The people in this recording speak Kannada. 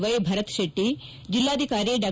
ವೈ ಭರತ್ ಶೆಟ್ಲಿ ಜಿಲ್ಲಾಧಿಕಾರಿ ಡಾ